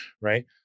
Right